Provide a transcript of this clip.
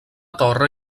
torre